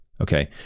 okay